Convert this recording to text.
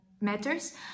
matters